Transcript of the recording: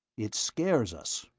it scares us.